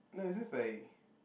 no is just like